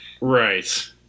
Right